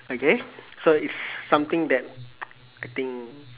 okay so is something that I think